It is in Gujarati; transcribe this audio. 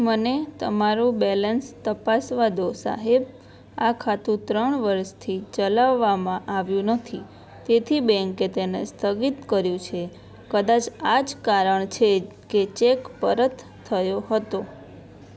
મને તમારું બેલેન્સ તપાસવા દો સાહેબ આ ખાતું ત્રણ વર્ષથી ચલાવવામાં આવ્યું નથી તેથી બેંકે તેને સ્થગિત કર્યું છે કદાચ આ જ કારણ છે કે ચેક પરત થયો હતો